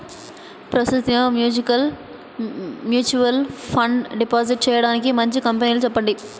ప్రస్తుతం mutual fund deposit చేయడానికి మంచి కంపెనీలు చెప్పండి